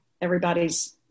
Everybody's